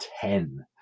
ten